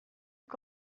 que